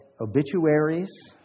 obituaries